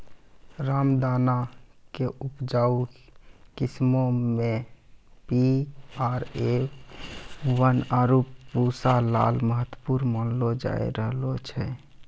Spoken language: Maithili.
रामदाना के उपजाऊ किस्मो मे पी.आर.ए वन, आरु पूसा लाल महत्वपूर्ण मानलो जाय रहलो छै